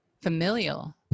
familial